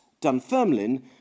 Dunfermline